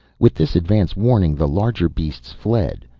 with this advance warning the larger beasts fled.